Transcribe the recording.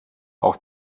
auch